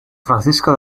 francisco